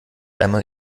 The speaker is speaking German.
einmal